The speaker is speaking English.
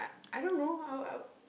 I I don't know how I w~